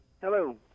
Hello